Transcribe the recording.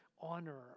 honor